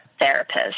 therapist